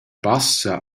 bassa